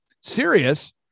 serious